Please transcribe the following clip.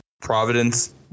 Providence